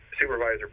Supervisor